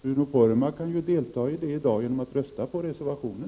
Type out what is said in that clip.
Bruno Poromaa kan ju tillse detta genom att helt enkelt rösta på reservationen.